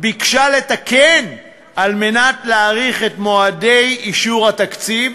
ביקשה לתקן כדי לדחות את מועדי אישור התקציב,